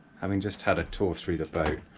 having just had a tour through the boat,